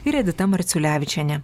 ir edita marčiulevičienė